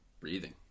breathing